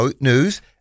news